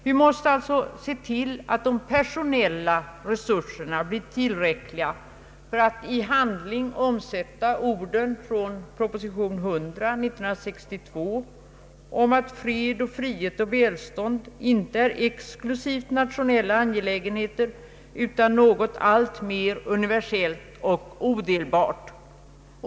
Vi måste alltså se till att de personella resurserna blir tillräckliga för att i handling omsätta orden från proposition nr 100 år 1962 om att ”fred och frihet och välstånd inte är exklusivt nationella angelägenheter utan något alltmer universellt och odelbart”.